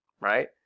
right